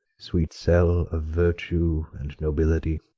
sweet cell of virtue and nobility,